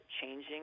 changing